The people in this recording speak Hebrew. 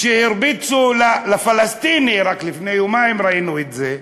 כשהרביצו לפלסטיני, רק לפני יומיים ראינו את זה,